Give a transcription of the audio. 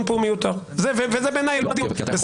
כאן הוא מיותר ובעיניי זה עלבון לדיון.